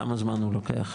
כמה זמן הוא לוקח,